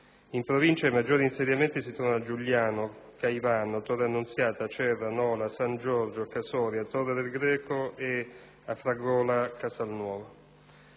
In provincia, i maggiori insediamenti si trovano a Giugliano, Caivano, Torre Annunziata, Acerra, Nola, San Giorgio, Casoria, Torre del Greco e Afragola-Casalnuovo.